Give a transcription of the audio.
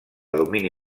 domini